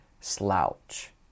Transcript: slouch